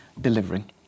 delivering